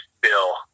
Bill